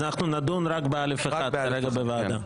אז אנחנו נדון רק ב-א(1) כרגע בוועדה.